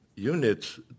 units